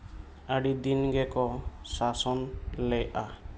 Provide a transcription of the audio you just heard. ᱟᱹᱰᱤ ᱫᱤᱱ ᱜᱮᱠᱚ ᱥᱟᱥᱚᱱ ᱞᱮᱫᱼᱟ